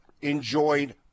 enjoyed